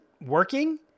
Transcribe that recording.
working